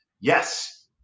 yes